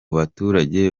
baturage